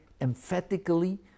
emphatically